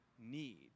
need